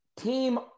team